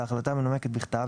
בהחלטה מנומקת בכתב,